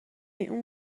اون